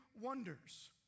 wonders